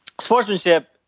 sportsmanship